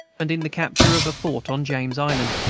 and in the capture of a fort on james island,